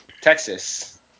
Texas